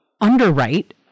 underwrite